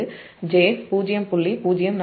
045 Z2 X2 அது j0